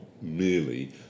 merely